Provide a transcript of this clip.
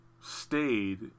stayed